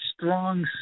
strong